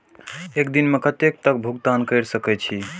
एक दिन में कतेक तक भुगतान कै सके छी